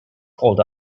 called